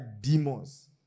demons